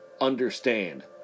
understand